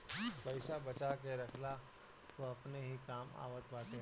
पईसा बचा के रखला पअ अपने ही काम आवत बाटे